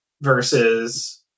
versus